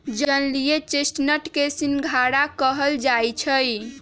जलीय चेस्टनट के सिंघारा कहल जाई छई